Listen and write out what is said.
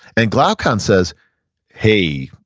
and glaucon says hey,